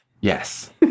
Yes